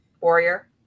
Warrior